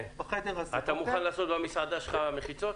אתה מוכן לעשות מחיצות במסעדה שלך?